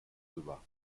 rüber